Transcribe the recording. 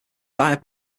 dyer